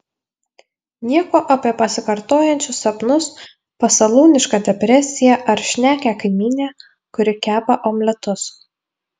nieko apie pasikartojančius sapnus pasalūnišką depresiją ar šnekią kaimynę kuri kepa omletus